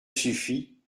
suffit